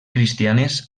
cristianes